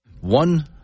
one